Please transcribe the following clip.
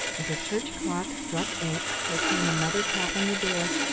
as a church clock struck eight, there came another tap on the door.